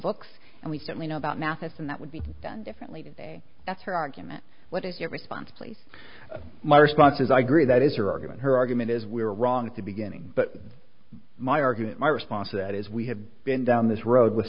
books and we certainly know about matheson that would be done differently today that's her argument what is your response please my response is i gree that is her argument her argument is we were wrong at the beginning but my argument my response to that is we have been down this road with